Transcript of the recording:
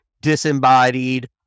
disembodied